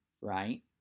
Right